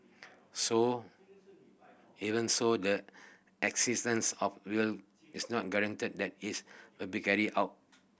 so even so the existence of will is not guarantee that it will be carried out